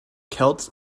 celts